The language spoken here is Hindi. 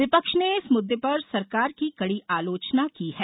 विपक्ष ने इस मुद्दे पर सरकार की कड़ी आलोचना की है